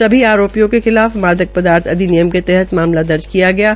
सभी आरोपियों के खिलाफ मादक पदार्थ अधिनियम के तहत मामला दर्ज किया गया है